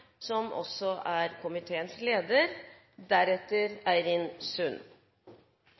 som også er